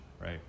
right